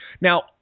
Now